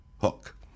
Hook